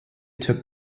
took